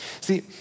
See